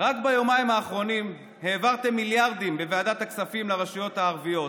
רק ביומיים האחרונים העברתם מיליארדים בוועדת הכספים לרשויות הערביות,